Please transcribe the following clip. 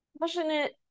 passionate